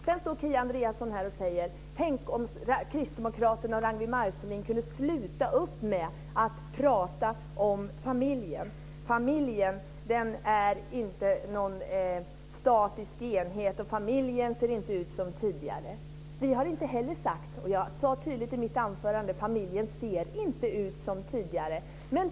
Här står dock Kia Andreasson och säger: Tänk om Kristdemokraterna och Ragnwi Marcelind kunde sluta prata om familjen! Familjen är inte en statisk enhet och den ser inte ut som tidigare. Det har vi heller inte sagt! Jag sade tydligt i mitt anförande att familjen inte ser ut som tidigare.